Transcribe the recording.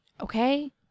Okay